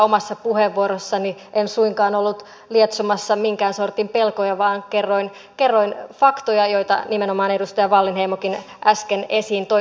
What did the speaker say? omassa puheenvuorossani en suinkaan ollut lietsomassa minkään sortin pelkoja vaan kerroin faktoja joita nimenomaan edustaja wallinheimokin äsken esiin toi